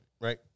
Right